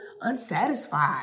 unsatisfied